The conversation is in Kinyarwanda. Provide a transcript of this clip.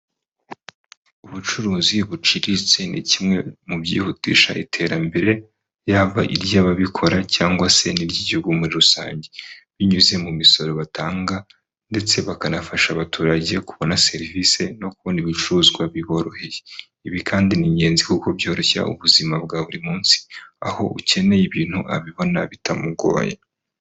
Ubucuruzi buciriritse ni kimwe mu byihutisha iterambere yaba iry'ababikora cyangwa se n'iry'igihugu muri rusange, binyuze mu misoro batanga ndetse bakanafasha abaturage kubona serivisi no kubona ibicuruzwa biboroheye, ibi kandi ni ingenzi kuko byoroshya ubuzima bwa buri munsi, aho ukeneye ibintu abibona bitamugoye.